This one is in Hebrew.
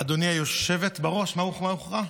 גברתי היושבת בראש, מה הוכרע?